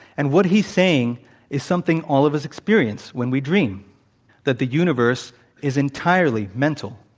and what he's saying is something all of us experience when we dream that the universe is entirely mental.